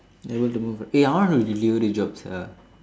they were to move eh I want do delivery jobs ah